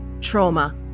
trauma